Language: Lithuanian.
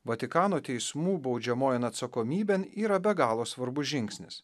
vatikano teismų baudžiamojon atsakomybėn yra be galo svarbus žingsnis